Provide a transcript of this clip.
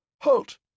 HALT